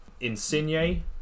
Insigne